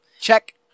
Check